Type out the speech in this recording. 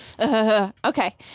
Okay